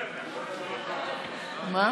לא,